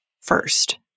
first